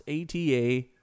ATA